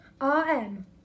RM